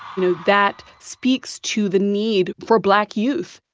know, that speaks to the need for black youth,